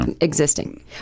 existing